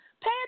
Pay